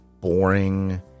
boring